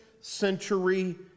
century